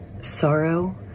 sorrow